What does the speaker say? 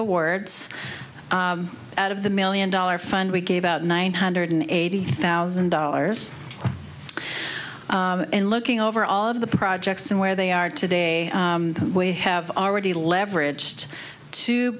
awards out of the million dollar fund we gave out nine hundred eighty thousand dollars and looking over all of the projects and where they are today we have already leveraged two